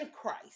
Christ